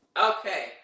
okay